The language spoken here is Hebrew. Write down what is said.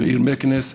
בעיר מקנס,